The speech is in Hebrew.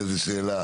איזה שאלה.